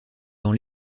dans